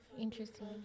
Interesting